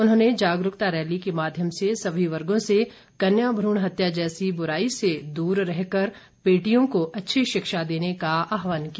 उन्होंने जागरूकता रैली के माध्यम से सभी वर्गों से कन्या भ्रूण हत्या जैसी बुराई से दूर रहकर बेटियों को अच्छी शिक्षा देने का आहवान किया